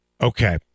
Okay